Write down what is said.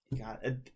God